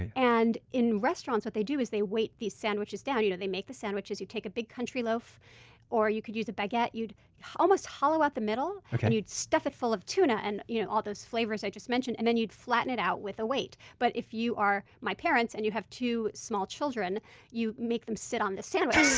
in restaurants, what they do is they weight these sandwiches down. you know they make the sandwiches you take a big country loaf or you could use baguette. you'd almost hollow out the middle like and you'd stuff it full of tuna and you know all those flavors i just mentioned, and then you'd flatten it out with a weight. but if you are my parents and you have two small children you make them sit on the sandwich.